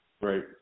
Right